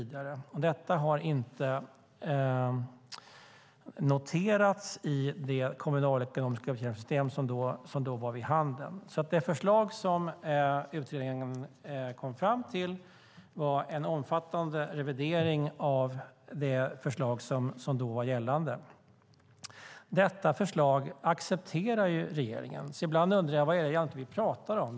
Detta hade inte noterats i det kommunalekonomiska system som då var vid handen. Det förslag som utredningen kom fram till innebar en omfattande revidering av det system som då var gällande. Detta förslag accepterar regeringen. Ibland undrar jag vad vi pratar om.